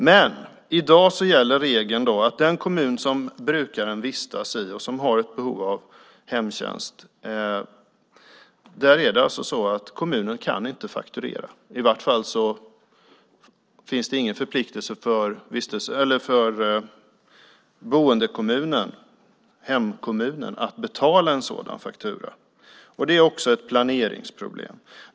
I dag gäller regeln att den kommun som brukaren vistas i och som har ett behov av hemtjänst inte kan fakturera - i varje fall finns det inte någon förpliktelse för boendekommunen, hemkommunen, att betala en sådan faktura. Det är också ett planeringsproblem.